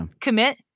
commit